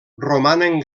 romanen